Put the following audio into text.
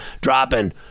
dropping